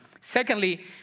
Secondly